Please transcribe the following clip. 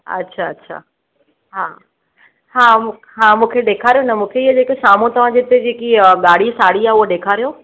अच्छा अच्छा हा हा मु हा मूंखे ॾेखारियो न मूंखे इहा जेके साम्हूं तव्हांजे हिते जेकी ई ॻाढ़ी साढ़ी आहे उहा ॾेखारियो